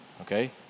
Okay